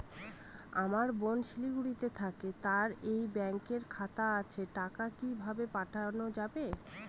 আমার বোন শিলিগুড়িতে থাকে তার এই ব্যঙকের খাতা আছে টাকা কি ভাবে পাঠানো যাবে?